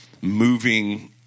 moving